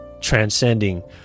transcending